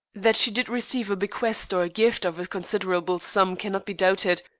that she did receive a bequest or gift of a considerable sum cannot be doubted.